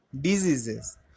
diseases